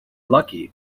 lucky